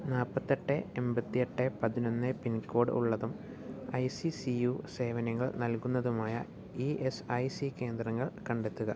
നാൽപ്പത്തെട്ട് എൺപത്തിയെട്ട് പതിനൊന്ന് പിൻകോഡ് ഉള്ളതും ഐ സി സി യു സേവനങ്ങൾ നൽകുന്നതുമായ ഇ എസ് ഐ സി കേന്ദ്രങ്ങൾ കണ്ടെത്തുക